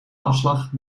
afslag